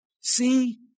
See